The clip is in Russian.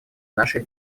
нашей